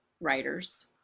writers